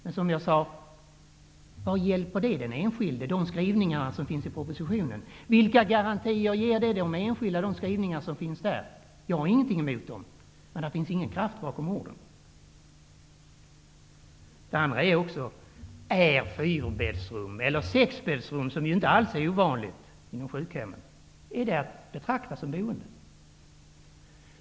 Men vad hjälper skrivningarna i propositionen den enskilde? Vilka garantier ger skrivningarna i propositionen den enskilde? Jag har ingenting emot dem, men där finns ingen kraft bakom orden. En annan fråga är om fyrbäddsrum eller sexbäddsrum, som ju inte alls är ovanligt på sjukhemmen, är att betrakta som boende.